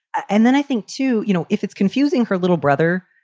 and then i think to you know, if it's confusing her little brother,